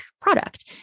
product